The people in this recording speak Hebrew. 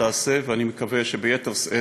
תעשה ואני מקווה שביתר שאת.